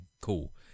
Cool